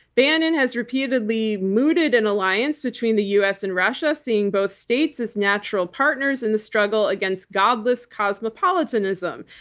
bannon has repeatedly mooted an alliance between the u. s. and russia, seeing both states as natural partners in the struggle against godless cosmopolitanism.